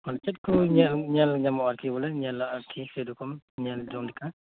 ᱪᱮᱫ ᱠᱚ ᱧᱮᱞ ᱧᱮᱞ ᱧᱟᱢᱚᱜᱼᱟ ᱵᱚᱞᱮ ᱟᱨᱠᱤ ᱥᱮᱨᱚᱠᱚᱢ ᱧᱮᱞ ᱡᱚᱝᱞᱮᱠᱟ